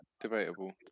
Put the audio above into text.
debatable